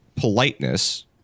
politeness